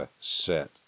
set